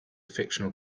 fictional